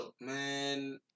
man